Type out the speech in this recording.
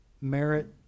merit